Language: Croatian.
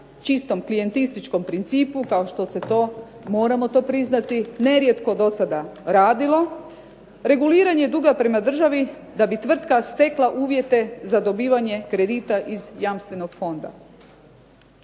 čistom klijentističkom principu kao što se to moramo to priznati, ne rijetko do sada radilo, reguliranje duga prema državi da bi tvrtka stekla uvjete za dobivanje kredita iz jamstvenog fonda.